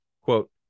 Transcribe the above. quote